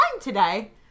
today